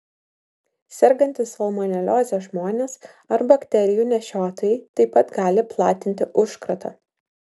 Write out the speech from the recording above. sergantys salmonelioze žmonės ar bakterijų nešiotojai taip pat gali platinti užkratą